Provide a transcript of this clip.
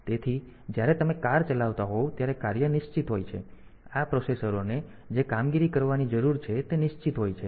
તેથી જ્યારે તમે કાર ચલાવતા હોવ ત્યારે કાર્ય નિશ્ચિત હોય છે આ પ્રોસેસરોને જે કામગીરી કરવાની જરૂર છે તે નિશ્ચિત હોય છે